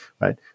right